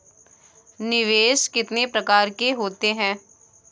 निवेश कितने प्रकार के होते हैं?